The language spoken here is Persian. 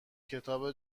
کتاب